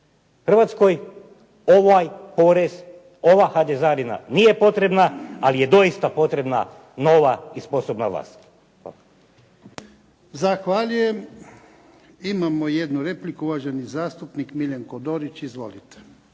Hrvatskoj ovaj porez, ova HDZ-arina nije potrebna, ali je doista potrebna nova i sposobna vlast. Hvala. **Jarnjak, Ivan (HDZ)** Zahvaljujem. Imamo jednu repliku. Uvaženi zastupnik Miljenko Dorić. Izvolite.